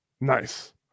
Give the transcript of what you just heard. Nice